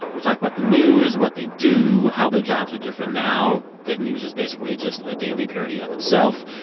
we talked about the news, what they do, how their jobs are different now that news is basically just a daily parody of itself.